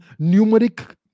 Numeric